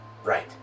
Right